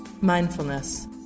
mindfulness